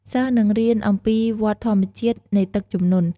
សិស្សនឹងរៀនអំំពីវដ្ដធម្មជាតិនៃទឹកជំនន់។